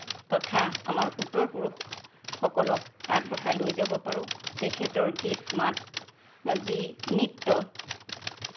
তথা আমাৰ উত্তৰ পুৰুষসকলক আগবঢ়াই লৈ যাব পাৰোঁ তেখেতৰ গীত মাত যি নৃত্য